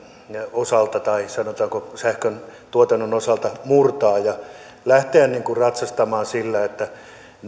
osalta tai sanotaanko sähköntuotannon osalta murtaa ja lähteä ratsastamaan sillä että